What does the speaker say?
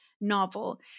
novel